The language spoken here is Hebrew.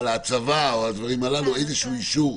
על ההצבה או על הדברים הללו, איזשהו אישור,